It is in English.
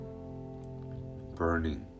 burning